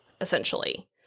essentially